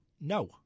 no